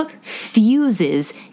fuses